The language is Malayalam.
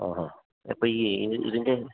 ആഹാ അപ്പോൾ ഈ ഇത് ഇതിൻ്റെ